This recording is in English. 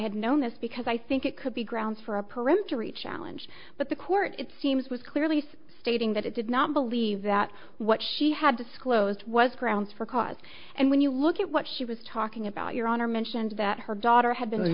had known this because i think it could be grounds for a peremptory challenge but the court it seems was clearly stating that it did not believe that what she had disclosed was grounds for cause and when you look at what she was talking about your honor mentioned that her daughter had been